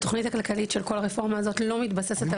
התכנית הכלכלית של כל הרפורמה הזאת לא מתבססת על